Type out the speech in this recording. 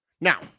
Now